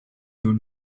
doen